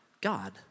God